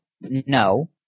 No